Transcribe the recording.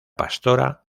pastora